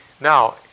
Now